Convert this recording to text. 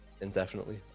indefinitely